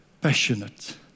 passionate